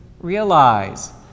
realize